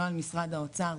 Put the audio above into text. לא על משרד האוצר.